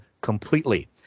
completely